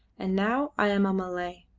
and now i am a malay!